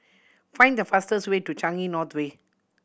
find the fastest way to Changi North Way